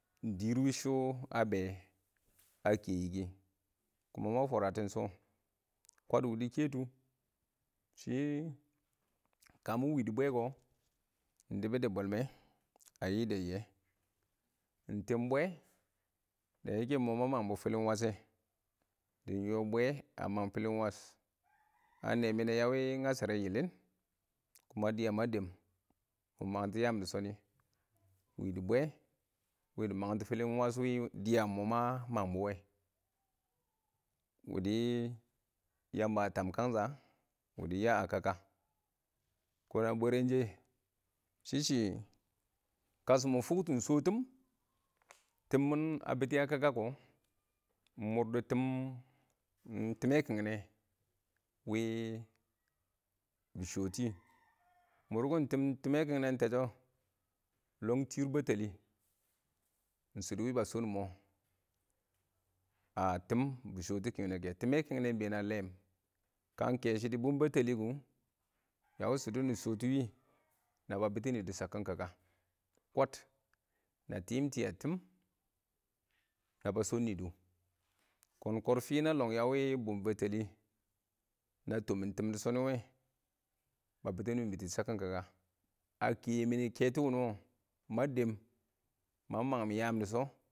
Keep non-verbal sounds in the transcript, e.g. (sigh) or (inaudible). Dɪrr wɪ shɔ a bɛ, a kɛ yɪ kɪ, koh ma fwaratɪn shɔ, kwad wɪ dɪ kɛtʊ shɪ, ka mɪ wɪ dɪ bwɛ kɔ ɪng dɪbʊ dɛ bwɛlmɛ a yɪdɛ yɪwɛ, ɪng tɪm bwɛ da yɪkɛ, ɪng mɔ ma mangbɔ fɪlɪn wash kɛ, dɪn yɔ bwe a mang fɪlɪn wash (noise) a nɛɪyɛ mɪnɪ nɛ a wɪ ngasharɛ yɪlɪn kuma dɪya ma dɛm mɪ mangtɔ yaam dɪ shɔnɪ wɪ dɪ bwɛ wɪ dɪ mangtɔ fɪlɪn wash shɛ ɪng wɪ mɔ ma mang bʊwe, wɪ dɪ Yamba a tab kangsha wɪ dɪ ya a kaka. Kɔn na bwɛrɛn shɛ, shɪ shi, kashɪ mɪ fʊkto ɪng shɔɔ tɪm mɪn a bɪttɪ yɛ a kaka kɔ, ɪng mʊr dɪ tɪm tɪmmɛ kɪngnɛ wɪ bɪ shɔtɪ. murkɪn tɪm tɪmmɛ ɪng tɛshɔ, lɔng tɪɪr bɛtɛlɪ ɪng shɪdɔ wɪ ba shɔn ɪng mɔ a tɪm bɪ shɔɔ tʊ kɪngnɛ kɛ. Tɪmmɛ kɪngnɛ ɪng been na lɛɛm kang kashɔ dɪ bʊm bɛttɛlɪ kʊ, a wɪ shɪdɔ wɪ, naba bɪttɪ nɪ dʊ shakkɪn kaka, kwaad na tɪm-tɪm a tɪm naba shɔn nɪ dʊ. Kɔn kɔrfɪ na lɔng a wɪ bʊm bɛttɛllɪ na tɔmɪn tɪm dɪ shɔnɪ wɛ ba bɪttɪnɪ bɪtɔ shakkɪn kaka. A kɛ yɪ mɪ nɪ ketɔ wʊnɔ wɔ, ma dɛm, ma mangɪm yaam dɪ shɔ.